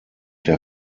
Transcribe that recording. der